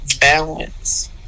Balance